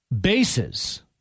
bases